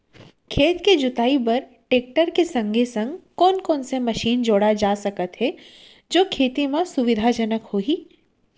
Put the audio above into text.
खेत के जुताई बर टेकटर के संगे संग कोन कोन से मशीन जोड़ा जाथे सकत हे जो खेती म सुविधाजनक होही?